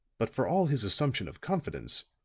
but for all his assumption of confidence,